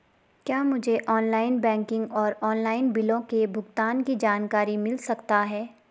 क्या मुझे online banking और ऑनलाइन बिलों के भुगतान की जानकारी मिल सकता है?